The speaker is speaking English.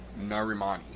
Narimani